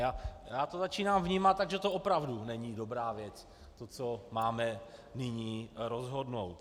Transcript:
Já to začínám vnímat tak, že to opravdu není dobrá věc, to, co máme nyní rozhodnout.